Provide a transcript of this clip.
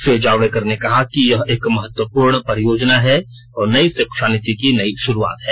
श्री जावड़ेकर ने कहा कि यह एक महत्वपूर्ण परियोजना है और नई शिक्षा नीति की नई शुरूआत है